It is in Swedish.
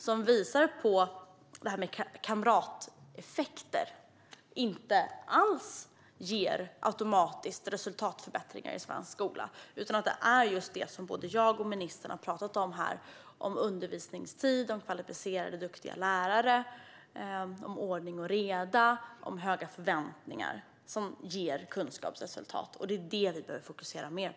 Den visar på att kamrateffekter inte alls automatiskt ger resultatförbättringar i svensk skola utan att det i stället är det som jag och ministern har talat om här - undervisningstid, kvalificerade och duktiga lärare, ordning och reda och höga förväntningar - som ger kunskapsresultat. Det är detta som vi behöver fokusera mer på.